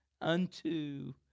unto